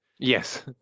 Yes